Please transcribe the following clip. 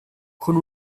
con